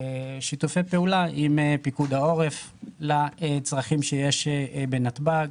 שיתופי פעולה עם פיקוד העורף לצרכים שיש בנתב"ג,